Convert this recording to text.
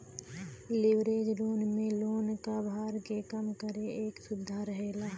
leverage loan में loan क भार के कम करे क सुविधा रहेला